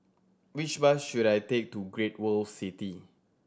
which bus should I take to Great World City